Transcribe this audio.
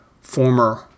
former